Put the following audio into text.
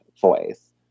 voice